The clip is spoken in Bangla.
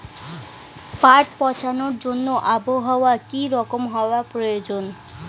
পাট পচানোর জন্য আবহাওয়া কী রকম হওয়ার প্রয়োজন?